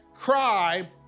cry